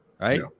right